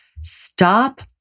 Stop